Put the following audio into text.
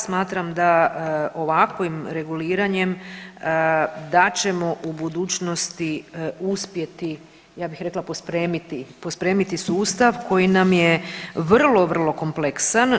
Smatram da ovakvim reguliranjem da ćemo u budućnosti uspjeti, ja bih rekla pospremiti, pospremiti sustav koji nam je vrlo, vrlo kompleksan.